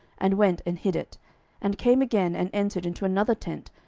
and went and hid it and came again, and entered into another tent,